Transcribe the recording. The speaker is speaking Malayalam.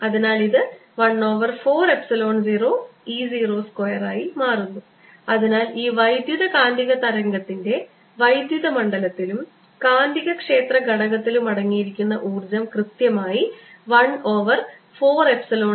അതിനാൽ ഇത് 1 ഓവർ 4 എപ്സിലോൺ 0 E 0 സ്ക്വയർ ആയി മാറുന്നു അതിനാൽ ഈ വൈദ്യുതകാന്തിക തരംഗത്തിൻറെ വൈദ്യുത മണ്ഡലത്തിലും കാന്തികക്ഷേത്ര ഘടകത്തിലും അടങ്ങിയിരിക്കുന്ന ഊർജ്ജം കൃത്യമായി 1 ഓവർ 4 എപ്സിലോൺ 0 E 0 സ്ക്വയറാണ്